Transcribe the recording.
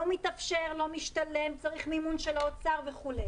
לא מתאפשר, לא משתלם, צריך מימון של האוצר, וכו'.